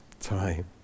time